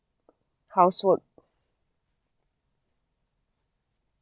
house work